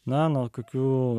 mano kokių